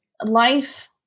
life